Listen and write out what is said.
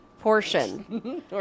portion